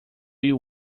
you